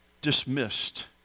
dismissed